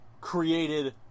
created